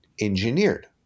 engineered